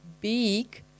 big